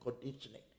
conditioning